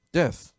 death